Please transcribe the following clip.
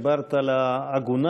דיברת על העגונה.